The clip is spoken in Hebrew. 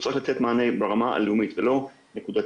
צריך לתת מענה ברמה הלאומית ולא נקודתית.